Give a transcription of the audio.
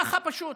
ככה פשוט,